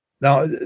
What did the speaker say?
now